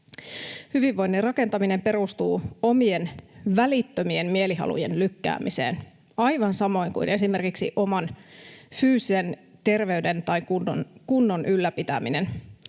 Hyvinvoinnin rakentaminen perustuu omien välittömien mielihalujen lykkäämiseen aivan samoin kuin esimerkiksi oman fyysisen terveyden tai kunnon ylläpitäminen: